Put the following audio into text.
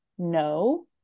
no